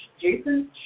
Jason